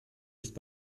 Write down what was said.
nicht